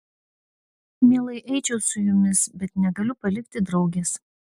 mielai eičiau su jumis bet negaliu palikti draugės